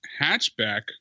hatchback